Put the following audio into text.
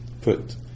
put